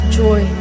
joy